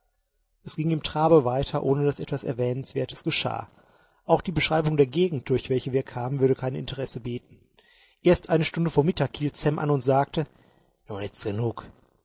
es ging im trabe weiter ohne daß etwas erwähnenswertes geschah auch die beschreibung der gegend durch welche wir kamen würde kein interesse bieten erst eine stunde vor mittag hielt sam an und sagte nun ist's genug